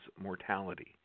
mortality